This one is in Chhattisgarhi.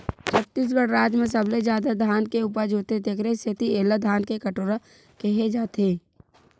छत्तीसगढ़ राज म सबले जादा धान के उपज होथे तेखर सेती एला धान के कटोरा केहे जाथे